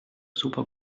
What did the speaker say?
super